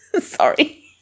Sorry